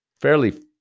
fairly